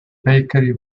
bakery